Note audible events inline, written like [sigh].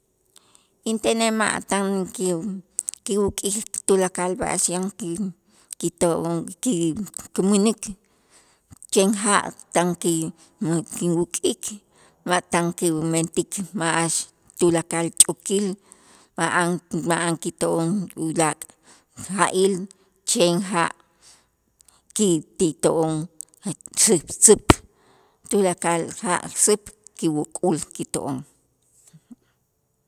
Intenej ma' tan kiw kiw k'ij tulakal b'a'ax yan ki- kito'on kikämäk chen ja' tan ki [unintelligible] kinwuk'ik ma' tan kimentik b'a'ax tulakal ch'äkil ma'an kito'on ulaak' ja'il chen ja' ki ti to'on jach säsäk tulakal ja' säk kiwuk'ul kito'on.